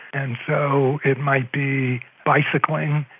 and so it might be bicycling,